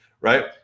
right